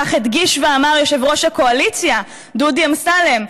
כך הדגיש ואמר יושב-ראש הקואליציה דודי אמסלם,